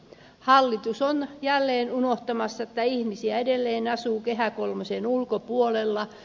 hallitus on jälleen unohtamassa että ihmisiä edelleen asuu kehä kolmosen ulkopuolella